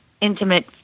intimate